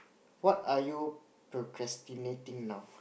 what are you procrastinating now